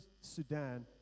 Sudan